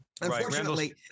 Unfortunately